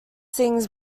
things